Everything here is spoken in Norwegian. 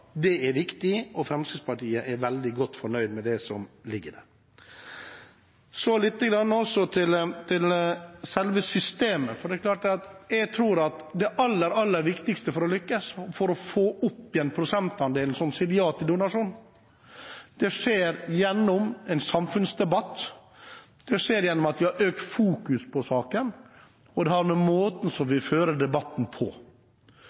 Det er viktig, og Fremskrittspartiet er veldig godt fornøyd med det som ligger i det. Så lite grann om selve systemet. Jeg tror at det aller, aller viktigste for å lykkes, for å få opp igjen prosentandelen som sier ja til donasjon, skjer gjennom en samfunnsdebatt. Det skjer gjennom at vi har økt fokus på saken, og det har å gjøre med måten vi fører debatten på.